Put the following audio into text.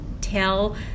tell